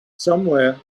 somewhere